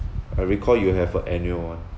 I recall you have a annual one